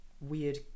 weird